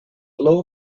blow